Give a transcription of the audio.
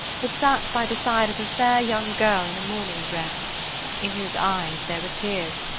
but sat by the side of a fair young girl in a mourning-dress in whose eyes there were tears,